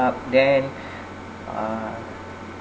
then uh